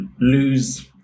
lose